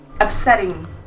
upsetting